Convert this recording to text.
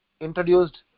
introduced